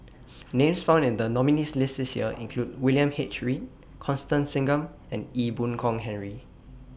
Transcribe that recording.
Names found in The nominees' list This Year include William H Read Constance Singam and Ee Boon Kong Henry